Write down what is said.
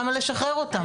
למה לשחרר אותם?